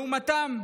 לעומתם,